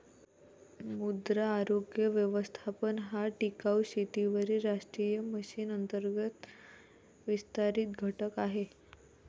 मृदा आरोग्य व्यवस्थापन हा टिकाऊ शेतीवरील राष्ट्रीय मिशन अंतर्गत विस्तारित घटक आहे